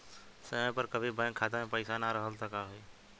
समय पर कभी बैंक खाता मे पईसा ना रहल त का होई?